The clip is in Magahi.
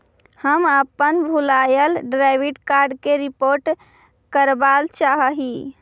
हम अपन भूलायल डेबिट कार्ड के रिपोर्ट करावल चाह ही